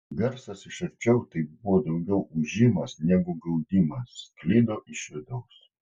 garsas iš arčiau tai buvo daugiau ūžimas negu gaudimas sklido iš vidaus